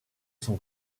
son